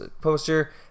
poster